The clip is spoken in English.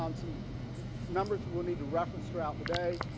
um some numbers will need to reference throughout the day.